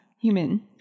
human